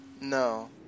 No